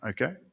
Okay